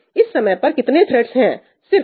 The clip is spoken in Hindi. इस समय पर कितने थ्रेड्स है सिर्फ एक